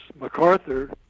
MacArthur